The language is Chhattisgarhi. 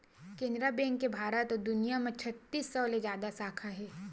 केनरा बेंक के भारत अउ दुनिया म छत्तीस सौ ले जादा साखा हे